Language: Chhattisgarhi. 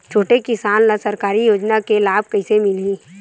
छोटे किसान ला सरकारी योजना के लाभ कइसे मिलही?